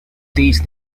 these